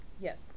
Yes